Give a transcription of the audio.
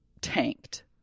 tanked